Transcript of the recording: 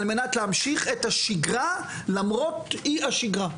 על מנת להמשיך את השגרה למרות אי השגרה.